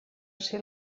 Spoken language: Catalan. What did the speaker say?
ser